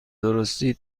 درستی